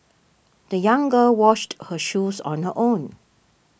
the young girl washed her shoes on her own